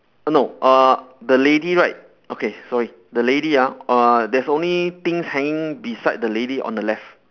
no uh the lady right okay sorry the lady ah uh there's only things hanging beside the lady on the left